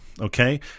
okay